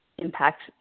impact